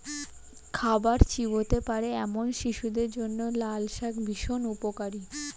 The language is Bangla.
খাবার চিবোতে পারে এমন শিশুদের জন্য লালশাক ভীষণ উপকারী